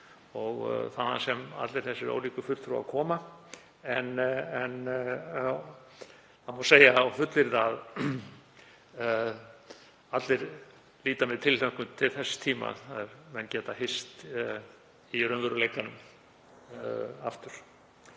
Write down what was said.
og þaðan sem allir þessir ólíku fulltrúar koma. En það má fullyrða að allir líta með tilhlökkun til þess tíma er menn geta hist í raunveruleikanum aftur.